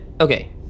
Okay